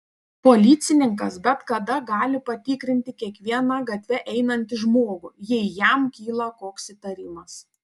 policininkas bet kada gali patikrinti kiekvieną gatve einantį žmogų jei jam kyla koks įtarimas